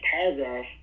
paragraph